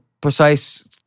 precise